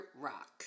rock